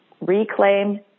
reclaim